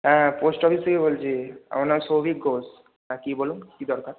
হ্যাঁ post office থেকে বলছি আমার নাম শৌভিক ঘোষ হ্যাঁ কী বলুন কী দরকার